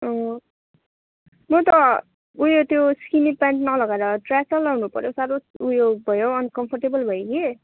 म त उयो त्यो स्किनी प्यान्ट नलगाएर ट्र्याक चाहिँ लगाउनुपऱ्यो साह्रो उयो भयो हौ अनकम्फोर्टेबल भयो कि